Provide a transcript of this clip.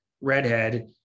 redhead